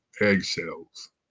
eggshells